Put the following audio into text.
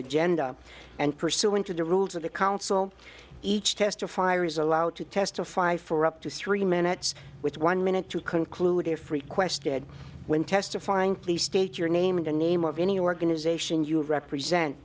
agenda and pursuant to the rules of the counsel each testify or is allowed to testify for up to three minutes with one minute to conclude if requested when testifying please state your name and the name of any organization you represent